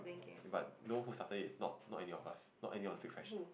but no who's after it not not any of us not any of fake freshie